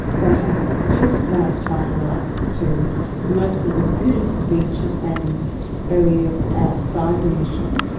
they have exclusive native title rights to most of the beautiful beaches and areas outside the mission,